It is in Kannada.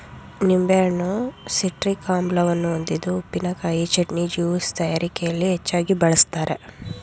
ನಿಂಬೆಹಣ್ಣು ಸಿಟ್ರಿಕ್ ಆಮ್ಲವನ್ನು ಹೊಂದಿದ್ದು ಉಪ್ಪಿನಕಾಯಿ, ಚಟ್ನಿ, ಜ್ಯೂಸ್ ತಯಾರಿಕೆಯಲ್ಲಿ ಹೆಚ್ಚಾಗಿ ಬಳ್ಸತ್ತರೆ